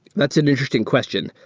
that's an interesting question.